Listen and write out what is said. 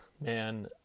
Man